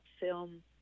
film